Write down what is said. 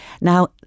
Now